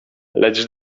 lecz